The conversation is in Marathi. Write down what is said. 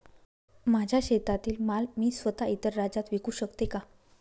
माझ्या शेतातील माल मी स्वत: इतर राज्यात विकू शकते का?